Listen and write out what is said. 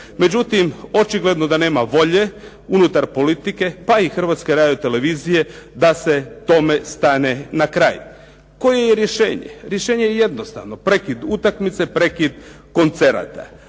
Međutim, očigledno da nema volje unutar politike pa i Hrvatske radio-televizije da se tome stane na kraj. Koje je rješenje? Rješenje je jednostavno. Prekid utakmice, prekid koncerata